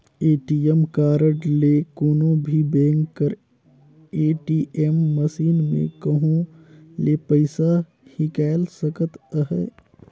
ATM card ले कोनो भी बेंक कर ए.टी.एम मसीन में कहों ले पइसा हिंकाएल सकत अहे